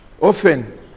Often